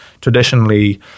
traditionally